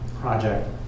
project